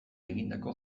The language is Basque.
egindako